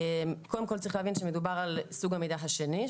קודם כול צריך להבין שמדובר על סוג המידע השני,